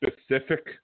specific